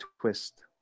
twist